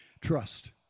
Trust